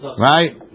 Right